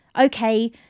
Okay